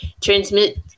transmit